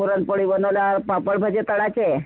पुरणपोळी बनवल्यावर पापड भजे तळायचे